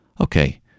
Okay